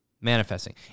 Manifesting